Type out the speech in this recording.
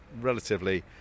relatively